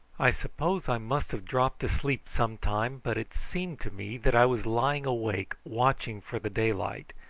i suppose i must have dropped asleep some time, but it seemed to me that i was lying awake watching for the daylight,